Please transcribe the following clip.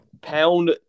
pound